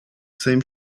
same